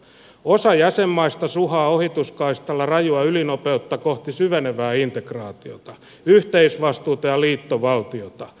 osa jäsenmaista suhaa ohituskaistalla rajua ylinopeutta kohti syvenevää integraatiota yhteisvastuuta ja liittovaltiota